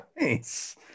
Nice